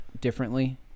differently